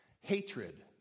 Hatred